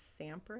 Sampras